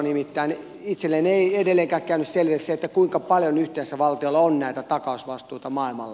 nimittäin itselleni ei edelleenkään käynyt selville se kuinka paljon yhteensä valtiolla on näitä takausvastuita maailmalla